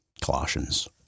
Colossians